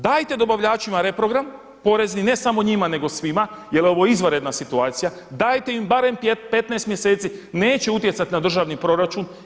Dajte dobavljačima reprogram porezni, ne samo njima nego svima jel ovo je izvanredna situacija, dajte im barem 15 mjeseci neće utjecati na državni proračun.